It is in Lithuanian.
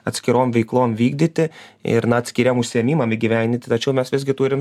atskirom veiklom vykdyti ir na atskiriem užsiėmimam įgyvendinti tačiau mes visgi turim